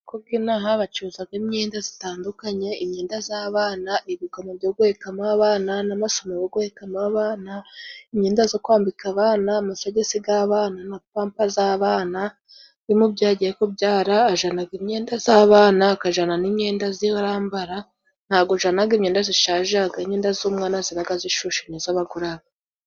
Kuko inaha bacuruzaga imyenda zitandukanye: imyenda z'abana, ibigoma byo guhekamo abana, n'amasume go guhekamo abana imyenda zo kwambika abana, amasogisi g'abana na pampa z'abana, iyo umubyeyi agiye kubyara, ajanaga imyenda z'abana, akajana n'imyenda ziwe arambara ntajanaga imyenda zishaje habagaho imyenda z'umwana zibaga zishushe ni zo baguraga.